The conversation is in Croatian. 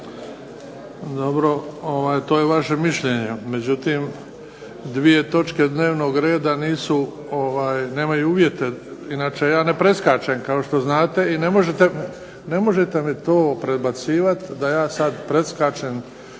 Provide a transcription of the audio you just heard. Dobro, to je vaše mišljenje. Međutim, dvije točke dnevnog reda nemaju uvijete. Inače ja ne preskačem kao što znate i ne možete mi to prebacivati da ja sada preskačem